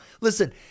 Listen